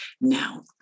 Now